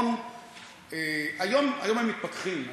היום הם מתפכחים.